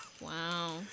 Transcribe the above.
Wow